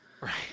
Right